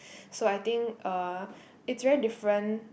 so I think uh it's very different